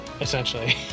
essentially